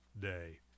Day